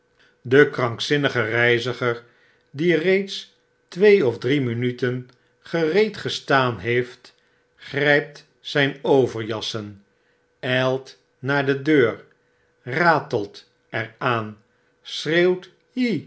de krankzinnige reiziger die reeds twee of drie minuten gereed gestaan heeft grypt zgn overjassen flit naar de deur ratelt er aan schreeuwt